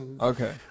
Okay